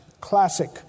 Classic